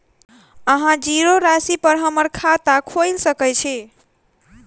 अहाँ जीरो राशि पर हम्मर खाता खोइल सकै छी?